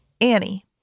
Annie